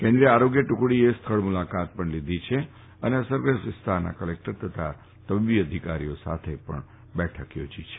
કેન્દ્રીય આરોગ્ય ટુકડીએ સ્થળ મુલાકાત લીધી છે અને અસરગ્રસ્ત વિસ્તારના કલેક્ટર તથા તબીબી અધિકારીઓ સાથે બેઠક ચોજી છે